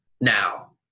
now